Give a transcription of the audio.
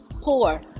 poor